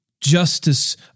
Justice